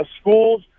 schools